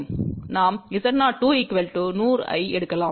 நாம் Z02 100 ஐ எடுக்கலாம்